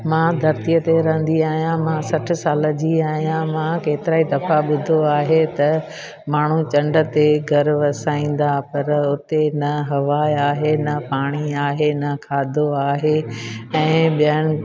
मां धरती ते रहंदी आहियां मां सठि साल जी आहियां मां केतिरा ई दफ़ा ॿुधो आहे त माण्हू चंड ते घरु वसाईंदा पर हुते न हवा आहे न पाणी आहे न खाधो आहे ऐं ॿियनि